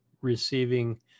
receiving